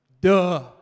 Duh